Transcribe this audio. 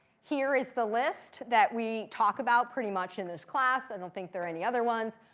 here is the list that we talk about pretty much in this class. i don't think there are any other ones.